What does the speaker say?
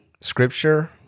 scripture